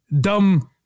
dumb